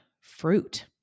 fruit